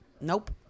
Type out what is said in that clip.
Nope